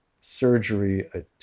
surgery